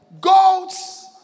Goats